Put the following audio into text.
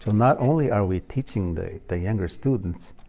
not only are we teaching the the younger students,